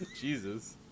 Jesus